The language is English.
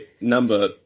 number